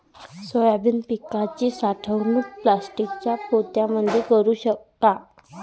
Soybean पिकाची साठवणूक प्लास्टिकच्या पोत्यामंदी करू का?